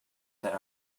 that